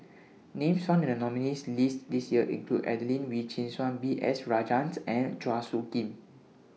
Names found in The nominees' list This Year include Adelene Wee Chin Suan B S Rajhans and Chua Soo Khim